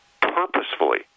purposefully